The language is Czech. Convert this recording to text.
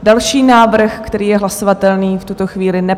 Další návrh, který je hlasovatelný, v tuto chvíli nepadl.